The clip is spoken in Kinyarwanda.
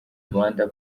rwandan